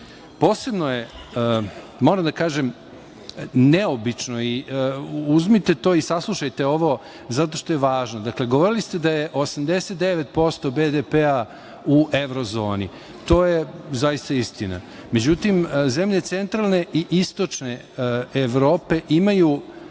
Posebno je, moram da kažem, neobično i uzmite to i saslušajte ovo, zato što je važno. Govorili ste da je 89% BDP u Evrozoni. To je zaista istina.Međutim, zemlje centralne i istočne Evrope imaju